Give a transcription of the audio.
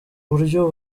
buryo